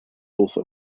also